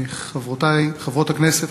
חברותי חברות הכנסת,